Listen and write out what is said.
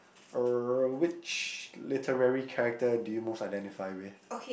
uh which literally character do you most identify with